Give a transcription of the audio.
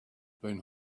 been